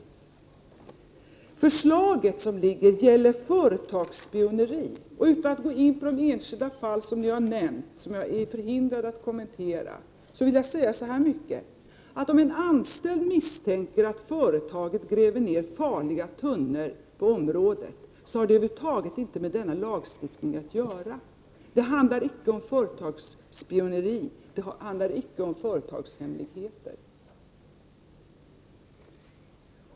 Det förslag som föreligger gäller företagsspioneri. Utan att gå in på de enskilda fall som har nämnts och som jag är förhindrad att kommentera, vill jag säga så här mycket: Om en anställd misstänker att företaget gräver ner farliga tunnor på området, har det över huvud taget inte med denna lagstiftning att göra. Det handlar icke om företagsspioneri, och det handlar icke om företagshemligheter.